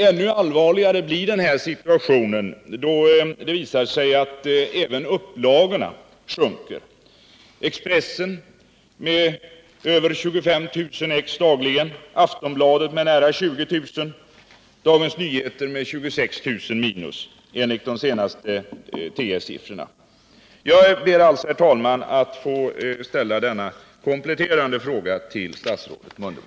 Ännu allvarligare blir situationen, då det visar sig att även upplagorna sjunker: Expressen med över 25 000 exemplar dagligen, Aftonbladet med nära 20 000 och Dagens Nyheter med 26 000 — enligt de senaste uppgifterna. Herr talman! Jag ber alltså att få ställa denna kompletterande fråga till statsrådet Mundebo.